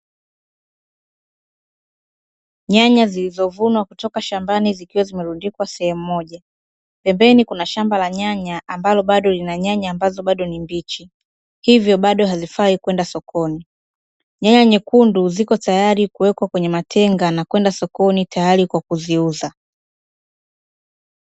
Nyanya zilizovunwa kutoka shambani zikiwa zimelundikwa sehemu moja, pembeni kuna shamba la nyanya ambalo bado lina nyanya ambazo bado ni mbichi hivyo hazifai kwenda sokoni. Nyanya nyekundu ziko tayari kuwekwa kwenye matenga na kwenda sokoni tayari kwa kuziuza.